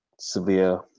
severe